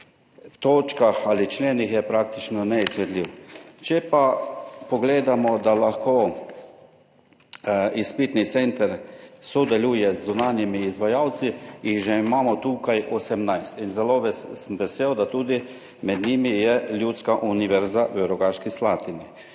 točkah ali členih je praktično neizvedljiv. Če pa pogledamo, da lahko izpitni center sodeluje z zunanjimi izvajalci, jih že imamo tukaj 18 in zelo sem vesel, da tudi med njimi je Ljudska univerza v Rogaški Slatini.